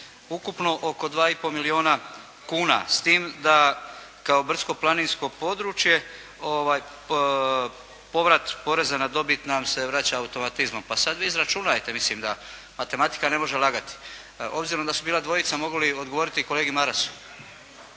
Ukupno oko 2,5 milijuna kuna, s tim da kao brdsko-planinsko područje povrat poreza na dobit nam se vraća automatizmom pa sada vi izračunajte, mislim da matematika ne može lagati. Obzirom da su bila dvojica, mogu li odgovoriti i kolegi Marasu?